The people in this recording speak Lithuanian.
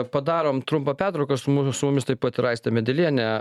padarom trumpą pertrauką su mu su mumis taip pat yra aistė medelienė